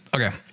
Okay